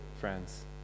friends